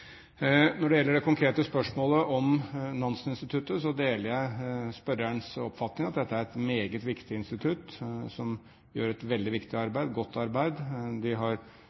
Når det gjelder det konkrete spørsmålet om Nansen-instituttet, deler jeg spørrerens oppfatning, at dette er et meget viktig institutt, som gjør et veldig viktig og godt arbeid. De